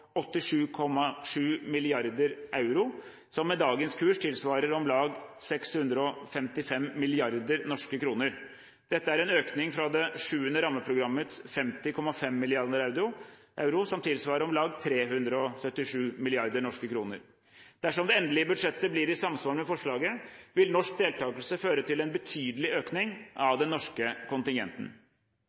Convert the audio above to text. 87,7 milliarder euro, som med dagens kurs tilsvarer om lag 655 milliarder norske kroner. Dette er en økning fra det 7. rammeprogrammets 50,5 milliarder euro, som tilsvarer om lag 377 milliarder norske kroner. Dersom det endelige budsjettet blir i samsvar med forslaget, vil norsk deltakelse føre til en betydelig økning av den norske kontingenten.